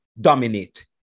dominate